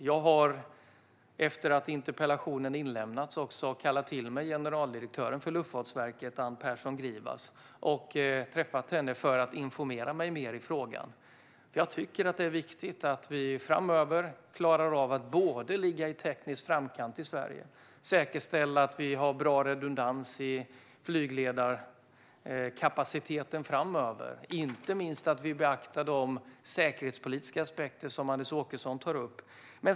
Jag har, efter interpellationens inlämnande, kallat till mig generaldirektören för Luftfartsverket, Ann Persson Grivas, för att informera mig mer i frågan. Det är viktigt att vi framöver ligger i teknisk framkant i Sverige, säkerställer att vi har bra redundans i flygledarkapaciteten och, inte minst, beaktar de säkerhetspolitiska aspekter som Anders Åkesson tar upp.